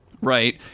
right